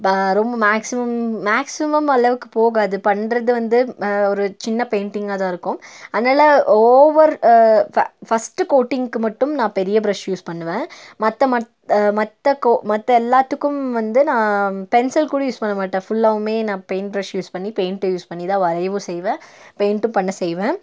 ரொம்ப maximum maximum அளவுக்கு போகாது பண்ணுறது வந்து ஒரு சின்ன பெயிண்டிங்காக தான் இருக்கும் அதனால் ஓவர் ஃப ஃபர்ஸ்டு கோட்டிங்க்கு மட்டும் நான் பெரிய ப்ரஷ் யூஸ் பண்ணுவேன் மற்ற மற்ற கோ மற்ற எல்லாத்துக்கும் வந்து நான் பென்சில் கூட யூஸ் பண்ண மாட்டேன் ஃபுல்லாவுமே நான் பெயிண்ட் ப்ரஷ் யூஸ் பண்ணி பெயிண்ட்டை யூஸ் பண்ணி தான் வரையவும் செய்வேன் பெயிண்டும் பண்ண செய்வேன்